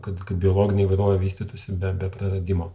kad kad biologinė įvairovė vystytųsi be bet adimo